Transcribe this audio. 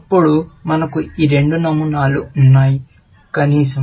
అప్పుడు మనకు ఈ రెండు నమూనాలు ఉన్నాయి కనీసం